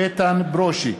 ברושי,